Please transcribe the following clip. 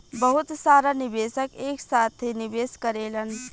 बहुत सारा निवेशक एक साथे निवेश करेलन